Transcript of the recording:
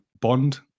bond